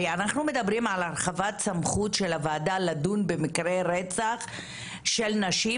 הרי אנחנו מדברים על הרחבת סמכות של הוועדה לדון במקרה רצח של נשים,